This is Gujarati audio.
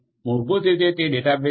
મૂળભૂત રીતે તે ડેટાબેઝ છે